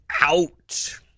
out